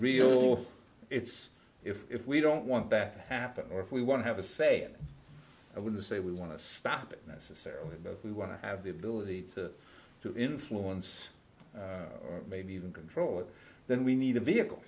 real it's if if we don't want that to happen or if we want to have a say i wouldn't say we want to stop it necessarily but we want to have the ability to to influence maybe even control it then we need a vehicle